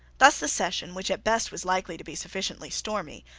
thus the session, which at best was likely to be sufficiently stormy,